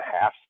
half